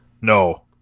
No